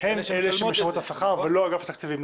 אלה שמשלמות את השכר ולא משרד האוצר.